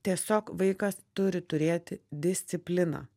tiesiog vaikas turi turėti discipliną